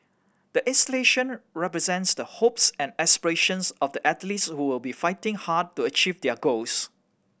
the installation represents the hopes and aspirations of the athletes who will be fighting hard to achieve their goals